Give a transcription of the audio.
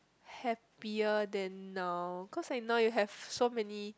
happier than now cause like now you have so many